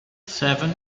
seven